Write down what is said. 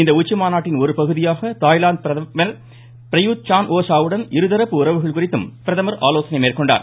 இந்த உச்சிமாநாட்டின் ஒரு பகுதியாக தாய்லாந்து பிரதமர் பிரயூத் சான் ஓ சாவுடன் இருதரப்பு உறவுகள் குறித்தும் பிரதமர் ஆலோசனை மேற்கொண்டார்